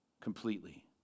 completely